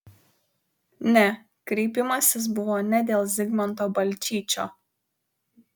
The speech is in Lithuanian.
ne kreipimasis buvo ne dėl zigmanto balčyčio